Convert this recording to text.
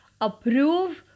approve